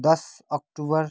दस अक्टोबर